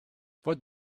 what